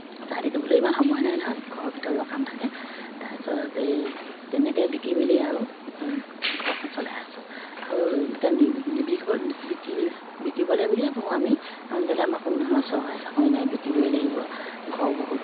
চাই থাকিবলৈ ইমান সময় নাই নহয় ঘৰৰ ভিতৰুৱা কাম থাকে তাৰপিছত এই তেনেকেই বিকি মেলি আৰু ঘৰখন চলাই আছোঁ আৰু এনেকৈ নি নিবিকিব বিকি বিকিবলৈ বুলিয়ে পোহো আমি কাৰণ কেলে আমাৰ কোনো ধৰণৰ চৰকাৰী চাকৰি নাই বিকিবই লাগিব ঘৰ বহুত